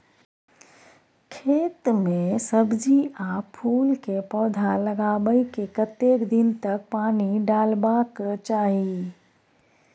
खेत मे सब्जी आ फूल के पौधा लगाबै के कतेक दिन तक पानी डालबाक चाही?